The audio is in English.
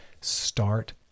start